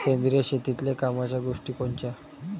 सेंद्रिय शेतीतले कामाच्या गोष्टी कोनच्या?